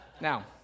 Now